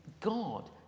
God